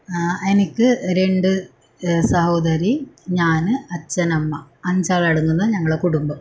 ആ എനിക്ക് രണ്ട് സഹോദരി ഞാൻ അച്ഛൻ അമ്മ അഞ്ചാളടങ്ങുന്ന ഞങ്ങളെ കുടുംബം